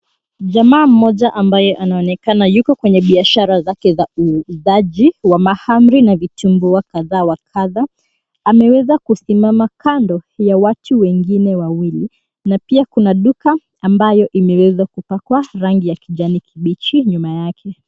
Jamaa mmoja ambaye anaonekana yuko kwenye biashara zake za uuzaji wa mahamri na vitumbua kadha wa kadha ameweza kusimama kando ya watu wengine wawili na pia kuna duka ambayo imeweza kupakwa rangi ya kijani kibichi nyuma yake.